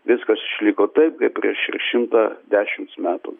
viskas išliko taip kaip prieš š šimtą dešimts metų